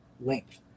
length